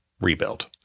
rebuild